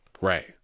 Right